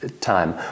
Time